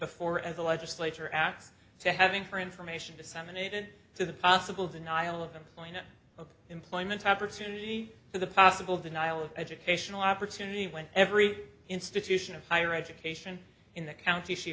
before and the legislature acts to having for information disseminated to the possible denial of employment employment opportunity the possible denial of educational opportunity when every institution of higher education in the county she